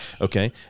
Okay